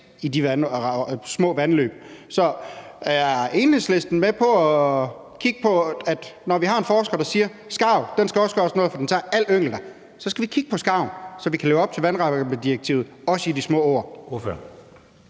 i dem. Så er Enhedslisten med på at kigge på, at når vi har en forsker, der siger, at der også skal gøres noget mod skarven, for den tager al yngel der, så skal vi kigge på skarven, så vi kan leve op til vandrammedirektivet, også hvad angår